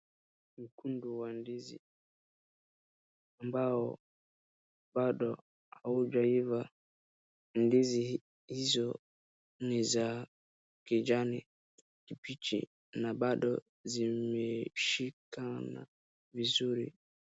Mkundu wa ndizi ambao bado haujaiva. Ndizi hizo ni za kijani kibichi na bado zimeshikana vizuri.